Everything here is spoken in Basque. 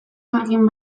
egin